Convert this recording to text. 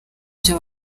byo